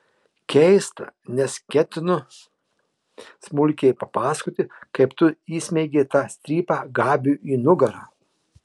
keista nes ketinu smulkiai papasakoti kaip tu įsmeigei tą strypą gabiui į nugarą